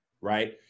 right